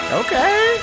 okay